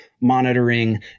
monitoring